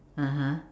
(uh huh)